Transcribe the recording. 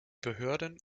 behörden